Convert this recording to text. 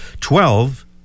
Twelve